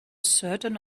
certain